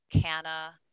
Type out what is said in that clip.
canna